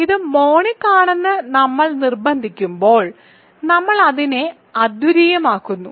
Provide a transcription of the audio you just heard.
ഇത് മോണിക് ആണെന്ന് നമ്മൾ നിർബന്ധിക്കുമ്പോൾ നമ്മൾ അതിനെ അദ്വിതീയമാക്കുന്നു